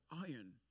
iron